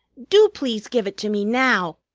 do please give it to me now!